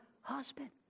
husband